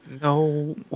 No